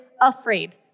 afraid